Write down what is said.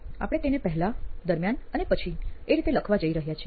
આપણે તેને પહેલા દરમિયાન અને પછી એ રીતે લખવા જઈ રહ્યા છીએ